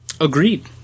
Agreed